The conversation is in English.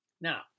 Now